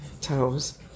toes